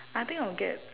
I think I'll get